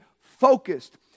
focused